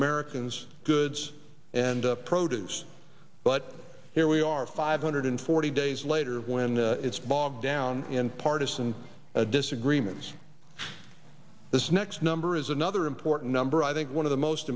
americans goods and produce but here we are five hundred forty days later when it's bogged down in partisan disagreements this next number is another important number i think one of the most